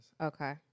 Okay